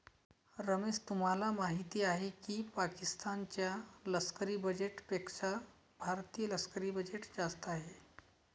रमेश तुम्हाला माहिती आहे की पाकिस्तान च्या लष्करी बजेटपेक्षा भारतीय लष्करी बजेट जास्त आहे